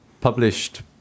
published